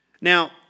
Now